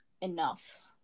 enough